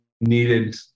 needed